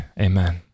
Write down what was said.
Amen